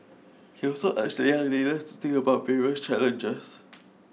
he also urged the young leaders to think about various challenges